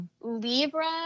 Libra